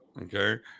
Okay